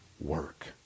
work